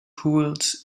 pools